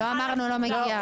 לא אמרנו לא מגיע.